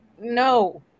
no